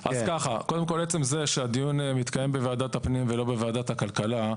עצם זה שהדיון מתקיים בוועדת הפנים ולא בוועדת הכלכלה,